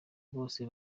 bose